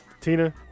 Tina